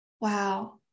wow